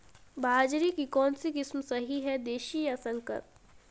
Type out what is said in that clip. बाजरे की कौनसी किस्म सही हैं देशी या संकर?